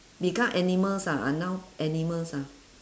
become animals ah are now animals ah